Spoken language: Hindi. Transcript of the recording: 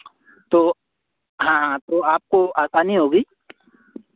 तो हाँ तो आपको आसानी होगी